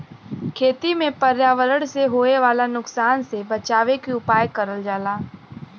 खेती में पर्यावरण से होए वाला नुकसान से बचावे के उपाय करल जाला